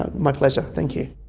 ah my pleasure, thank you.